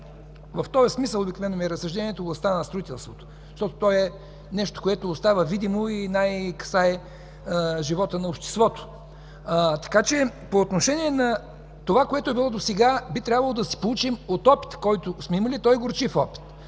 В този смисъл обикновено разсъждението ми е в областта на строителството, защото то е нещо, което остава видимо и най-много касае живота на обществото. По отношение на това, което е било досега, би трябвало да се поучим от опита, който сме имали. Той е горчив опит.